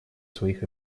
своих